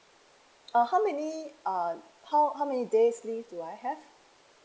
uh how many uh how how many days leave do I have